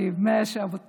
טוב, בסדר, אבו אל-טייב,